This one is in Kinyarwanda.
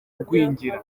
kugwingira